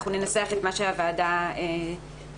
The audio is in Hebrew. אנחנו ננסח את מה שהוועדה תצביע.